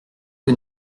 que